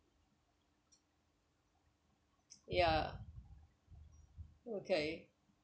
ya okay